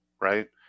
right